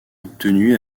obtenue